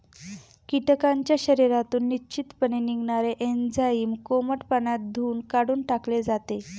कीटकांच्या शरीरातून निश्चितपणे निघणारे एन्झाईम कोमट पाण्यात धुऊन काढून टाकले जाते